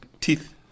Teeth